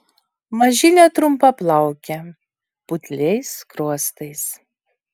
mažylė trumpaplaukė putliais skruostais